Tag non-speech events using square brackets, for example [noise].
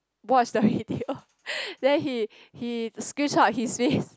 watched the video [laughs] then he he screenshot his face